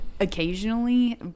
occasionally